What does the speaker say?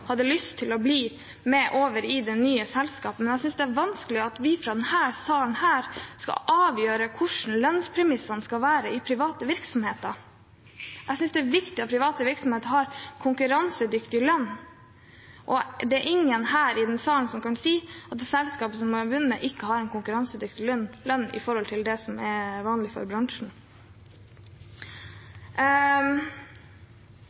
hadde lyst til å bli med over i det nye selskapet. Men jeg synes det er vanskelig at vi fra denne salen skal avgjøre hvordan lønnspremissene skal være i private virksomheter. Jeg synes det er viktig at private virksomheter har konkurransedyktig lønn, og det er ingen i denne salen som kan si at det selskapet som har vunnet, ikke har en konkurransedyktig lønn i forhold til det som er vanlig for bransjen.